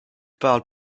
parle